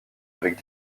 avec